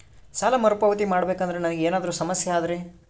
ಸಾಲ ಮರುಪಾವತಿ ಮಾಡಬೇಕಂದ್ರ ನನಗೆ ಏನಾದರೂ ಸಮಸ್ಯೆ ಆದರೆ?